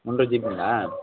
ஒன்றரை ஜிபிங்களா